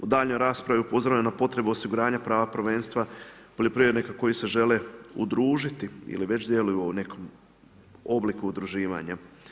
U daljnjoj raspravi, upozoreno na potrebu osiguranja prava prvenstva poljoprivrednika koji se žele udružiti ili već djeluju u nekom obliku udruživanja.